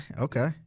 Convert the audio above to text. okay